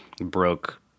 broke